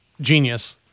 genius